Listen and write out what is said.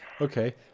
Okay